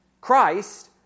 Christ